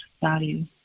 value